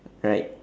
right